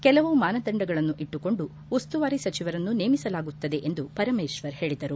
ಕೆಲವು ಮಾನದಂಡಗಳನ್ನು ಇಟ್ಟುಕೊಂಡು ಉಸ್ತುವಾರಿ ಸಚಿವರನ್ನು ನೇಮಿಸಲಾಗುತ್ತದೆ ಎಂದು ಪರಮೇಶ್ವರ್ ಹೇಳಿದರು